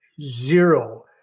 zero